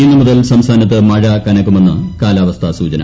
ഇന്ന് മുതൽ സംസ്ഥാനത്ത് മഴ കനക്കുമെന്ന് കാലാവസ്ഥാ സൂചന